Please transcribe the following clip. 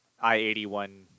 i-81